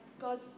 god